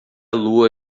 lua